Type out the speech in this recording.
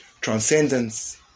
transcendence